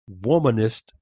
womanist